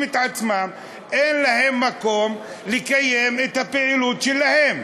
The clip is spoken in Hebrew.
את עצמם בלי מקום לקיים את הפעילות שלהם.